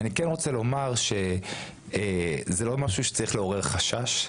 אני כן רוצה לומר שזה לא משהו שצריך לעורר חשש.